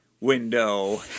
window